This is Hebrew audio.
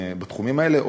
בתחומים האלה,